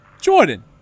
Jordan